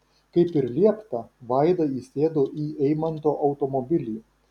kaip ir liepta vaida įsėdo į eimanto automobilį